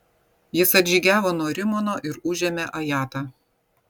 jis atžygiavo nuo rimono ir užėmė ajatą